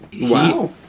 Wow